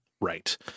Right